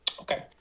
Okay